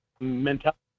mentality